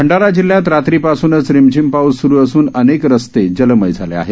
भंडारा जिल्ह्यात रात्रीपासूनच रिमझिम पाऊस सुरू असून अनेक रस्ते जलमय झाले आहेत